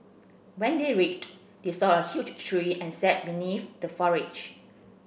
when they reached they saw a huge tree and sat beneath the foliage